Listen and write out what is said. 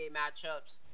matchups